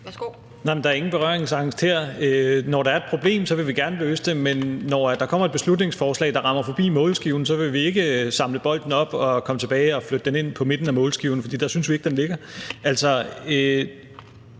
Der er ingen berøringsangst her. Når der er et problem, vil vi gerne løse det, men når der kommer et beslutningsforslag, der rammer forbi målskiven, vil vi ikke samle bolden op, komme tilbage og flytte den ind på midten af målskiven, for der synes vi ikke den skal